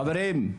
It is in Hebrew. חברים,